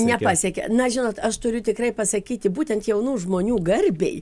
nepasiekė na žinot aš turiu tikrai pasakyti būtent jaunų žmonių garbei